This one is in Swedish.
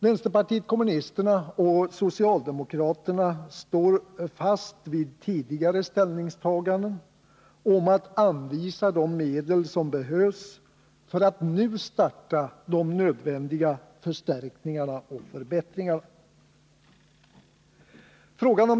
Vänsterpartiet kommunisterna och socialdemokraterna står fast vid tidigare ställningstaganden om att anvisa de medel som behövs för att nu starta de nödvändiga förstärkningarna och förbättringarna.